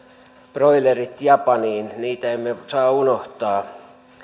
broilerit japaniin niitä emme saa unohtaa